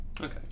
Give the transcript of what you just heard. Okay